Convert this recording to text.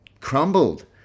crumbled